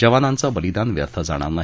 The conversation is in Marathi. जवानांचं बलिदान व्यर्थ जाणार नाही